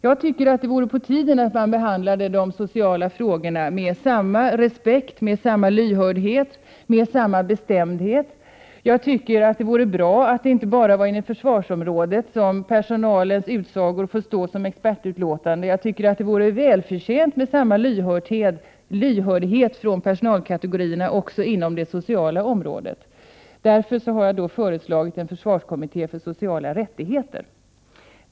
Jag tycker att det vore på tiden att man behandlade de sociala frågorna med samma respekt, lyhördhet och bestämdhet. Jag tycker att det vore bra om inte bara inom försvaret personalens utsagor får stå som expertutlåtanden. Det vore välförtjänt med mer lyhördhet för personalkategorierna också inom det sociala området. Därför har jag föreslagit en försvarskommitté för sociala rättigheter.